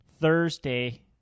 Thursday